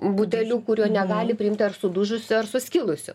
butelių kurių negali priimti ar sudužusių ar suskilusių